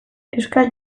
euskal